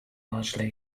largely